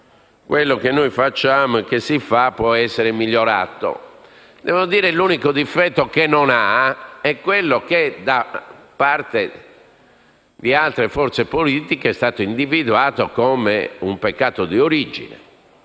quello che noi facciamo e che si fa, possa essere migliorato. Devo dire che l'unico difetto che non ha è quello che da parte di altre forze politiche è stato individuato come un peccato d'origine,